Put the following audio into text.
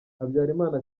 habyarimana